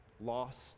lost